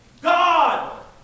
God